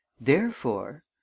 Therefore—